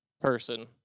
person